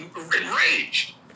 enraged